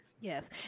Yes